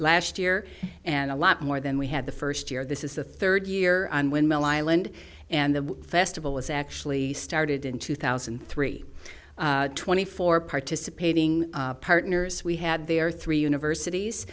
last year and a lot more than we had the first year this is the third year when mel island and the festival was actually started in two thousand and three twenty four participating partners we had there three universities